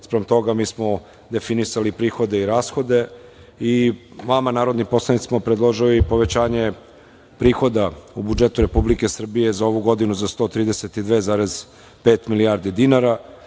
Spram toga, mi smo definisali prihode i rashode i vama, narodnim poslanicima, smo predložili povećanje prihoda u budžetu Republike Srbije za ovu godinu za 132,5 milijardi dinara.